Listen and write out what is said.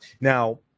Now